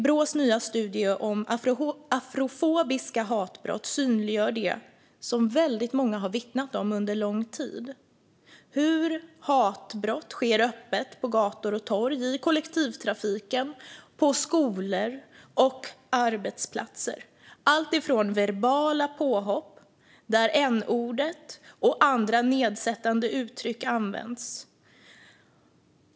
Brås nya studie om afrofobiska hatbrott synliggör det som väldigt många har vittnat om under lång tid, nämligen hur hatbrott sker öppet på gator och torg, i kollektivtrafiken och på skolor och arbetsplatser. Det kan vara alltifrån verbala påhopp, där nordet och andra nedsättande uttryck används.